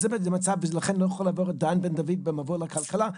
זה בעצם המצב ולכן לא יכול --- בן דוד במבוא לכלכלה,